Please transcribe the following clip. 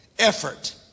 Effort